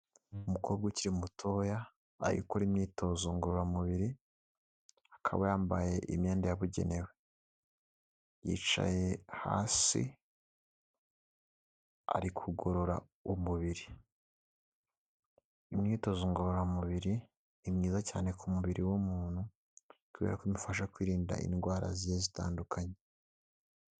Umukobwa ukiri mutoya arigukora imyitozo ngororamubiri, akaba yambaye imyenda yabugenewe, yicaye hasi ari kugorora umubiri, imyitozo ngororamubiri ni myiza cyane ku mubiri w'umuntu kubera ko imufasha kwirinda indwara zigiye zitandukanye.